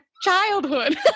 childhood